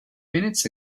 minutes